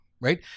right